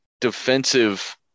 defensive